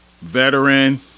veteran